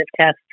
test